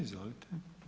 Izvolite.